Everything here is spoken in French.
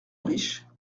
riche